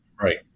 Right